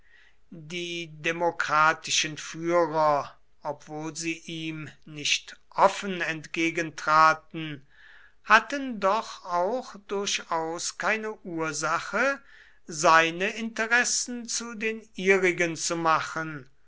die demokratischen führer obwohl sie ihm nicht offen entgegentraten hatten doch auch durchaus keine ursache seine interessen zu den ihrigen zu machen